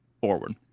Forward